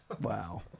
Wow